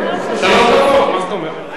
שלוש דקות, מה זאת אומרת?